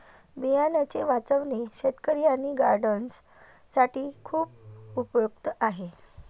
बियांचे वाचवणे शेतकरी आणि गार्डनर्स साठी खूप उपयुक्त आहे